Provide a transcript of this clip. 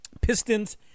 Pistons